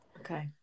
Okay